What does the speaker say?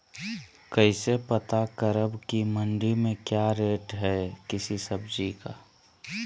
कैसे पता करब की मंडी में क्या रेट है किसी सब्जी का?